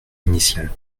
initial